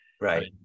Right